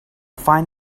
find